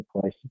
place